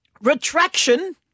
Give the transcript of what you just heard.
retraction